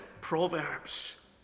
proverbs